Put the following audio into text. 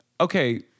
Okay